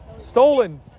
Stolen